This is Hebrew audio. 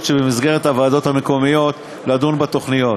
שבמסגרת הוועדות המקומיות לדון בתוכניות,